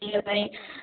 ବୁଲିବା ପାଇଁ